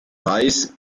reis